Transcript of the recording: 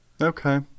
Okay